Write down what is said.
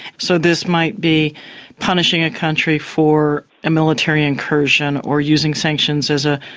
so this might be punishing a country for a military incursion, or using sanctions as a.